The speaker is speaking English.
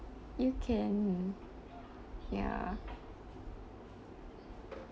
you can ya